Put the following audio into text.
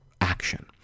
action